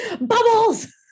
Bubbles